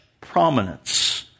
prominence